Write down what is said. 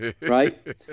right